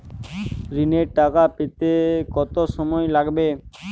ঋণের টাকা পেতে কত সময় লাগবে?